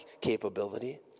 capability